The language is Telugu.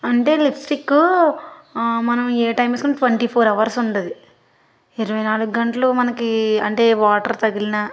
అంటే లిప్స్టిక్కు మనం ఏ టైం వేసుకున్నా ట్వంటీ ఫోర్ అవర్స్ ఉంటుంది ఇరవై నాలుగు గంటలూ మనకి అంటే వాటర్ తగిలినా